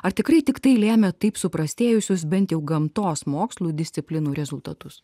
ar tikrai tik tai lėmė taip suprastėjusius bent jau gamtos mokslų disciplinų rezultatus